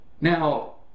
now